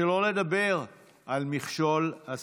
שלא לדבר על מכשול השפה.